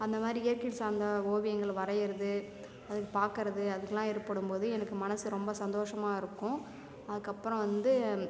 அந்த மாதிரி இயற்கை சார்ந்த ஓவியங்களை வரையிறது அது பார்க்குறது அதுக்குலா ஏற்படும் போது எனக்கு மனசு ரொம்ப சந்தோஷமாயிருக்கும் அதுக்கப்பறோம் வந்து